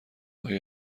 آیا